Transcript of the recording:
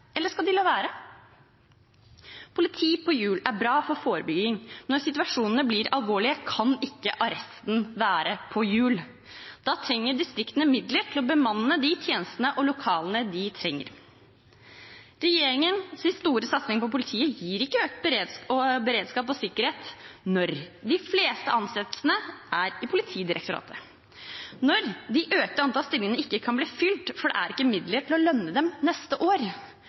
eller skal de la være? Politi på hjul er bra for forebygging, men når situasjonene blir alvorlige, kan ikke arresten være på hjul. Da trenger distriktene midler til å bemanne for de tjenestene og lokalene de trenger. Regjeringens store satsing på politiet gir ikke økt beredskap og sikkerhet når de fleste ansettelsene skjer i Politidirektoratet det økte antallet stillinger ikke kan bli fylt, fordi det ikke er midler til å lønne dem neste år